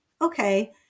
okay